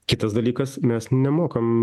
kitas dalykas mes nemokam